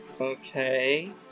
Okay